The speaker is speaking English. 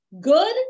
good